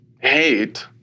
hate